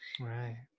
Right